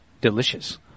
Delicious